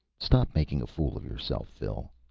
stop making a fool of yourself, phil.